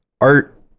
art